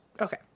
okay